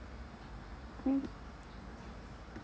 mm